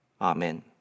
Amen